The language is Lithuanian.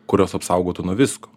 kurios apsaugotų nuo visko